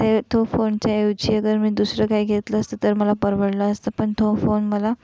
ते तो फोनच्या ऐवजी अगर मी दुसरं काही घेतलं असतं तर मला परवडलं असतं पण तो फोन मला